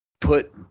put